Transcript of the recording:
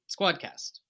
Squadcast